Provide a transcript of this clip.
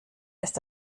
ist